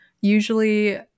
usually